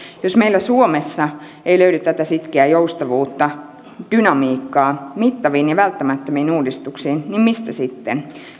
jos meillä suomessa ei löydy tätä sitkeää joustavuutta dynamiikkaa mittaviin ja välttämättömiin uudistuksiin niin mistä sitten